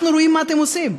אנחנו רואים מה אתם עושים,